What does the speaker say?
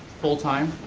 full-time,